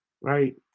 right